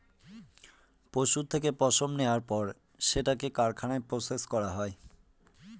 পশুর থেকে পশম নেওয়ার পর সেটাকে কারখানায় প্রসেস করা হয়